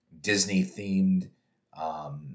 Disney-themed